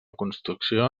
construcció